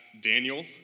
Daniel